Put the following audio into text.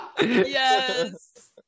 Yes